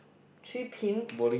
three pins